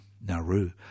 Nauru